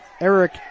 Eric